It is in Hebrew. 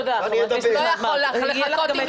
תודה, חברת הכנסת מארק, יהיה לך גם את